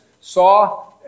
saw